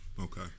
Okay